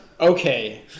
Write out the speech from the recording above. Okay